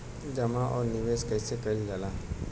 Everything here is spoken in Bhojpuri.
जमा और निवेश कइसे कइल जाला?